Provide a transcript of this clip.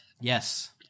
Yes